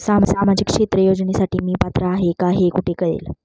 सामाजिक क्षेत्र योजनेसाठी मी पात्र आहे का हे कुठे कळेल?